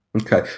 Okay